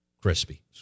crispy